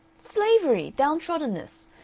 slavery! downtroddenness!